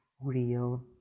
real